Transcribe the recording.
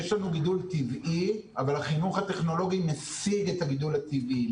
יש לנו גידול טבעי אבל החינוך הטכנולוגי משיג את הגידול הטבעי.